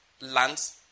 lands